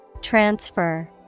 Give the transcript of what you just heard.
Transfer